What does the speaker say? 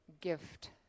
gift